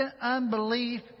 unbelief